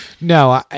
No